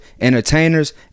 entertainers